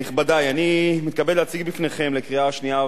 אני מתכבד להציג בפניכם לקריאה שנייה ושלישית